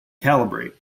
calibrate